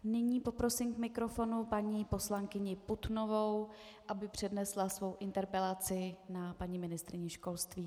Nyní poprosím k mikrofonu paní poslankyni Putnovou, aby přednesla svou interpelaci na paní ministryni školství.